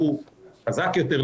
שהוא חזק יותר,